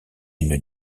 une